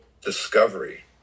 discovery